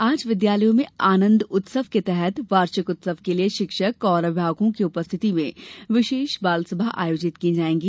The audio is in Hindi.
आज विद्यालयों में आनंद महोत्सव के तहत वार्षिक उत्सव के लिये शिक्षक और अभिभावकों के उपस्थिति में विशेष बालसभा आयोजित की जायेगी